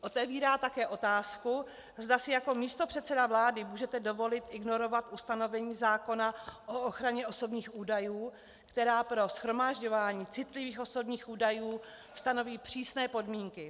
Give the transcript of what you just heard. Otevírá také otázku, zda si jako místopředseda vlády můžete dovolit ignorovat ustanovení zákona o ochraně osobních údajů, která pro shromažďování citlivých osobních údajů stanoví přísné podmínky.